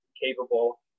capable